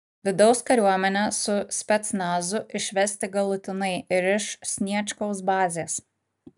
vidaus kariuomenę su specnazu išvesti galutinai ir iš sniečkaus bazės